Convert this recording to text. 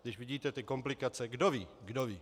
Když vidíte ty komplikace, kdo ví, kdo ví.